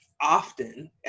often